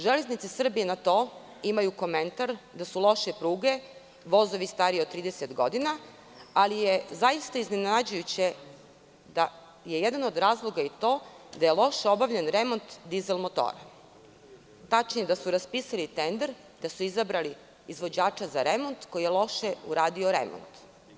Železnice Srbije na to imaju komentar da su loše pruge, vozovi stariji od 30 godina, ali je zaista iznenađujuće da je jedan od razloga i to da je loše obavljen remont dizel motora, tačnije da su raspisali tender i izabrali izvođača za remont koji je loše uradio remont.